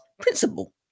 principle